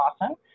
awesome